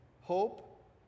Hope